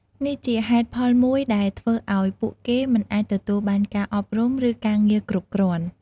នេះជាហេតុផលមួយដែលធ្វើឱ្យពួកគេមិនអាចទទួលបានការអប់រំ ឬការងារគ្រប់គ្រាន់។